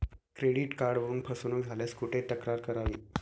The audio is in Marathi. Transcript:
क्रेडिट कार्डवरून फसवणूक झाल्यास कुठे तक्रार करावी?